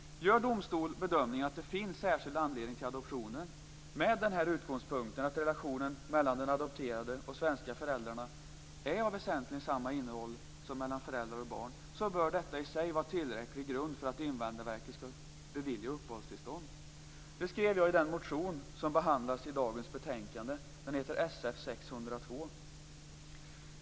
Gör domstol bedömningen att det finns särskild anledning till adoptionen med utgångspunkten att relationen mellan den adopterade och de svenska föräldrarna är av väsentligen samma innehåll som mellan föräldrar och barn bör detta i sig vara tillräcklig grund för att Invandrarverket skall bevilja uppehållstillstånd. Det skrev jag i den motion som behandlas i dagens betänkande. Den heter Sf602.